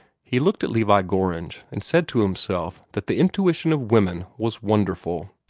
he looked at levi gorringe, and said to himself that the intuition of women was wonderful.